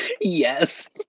Yes